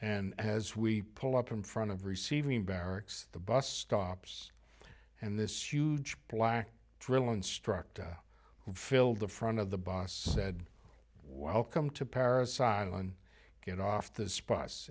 and as we pull up in front of receiving barracks the bus stops and this huge black drill instructor who filled the front of the bus said welcome to paris silane get off the sp